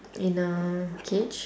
in a cage